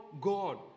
God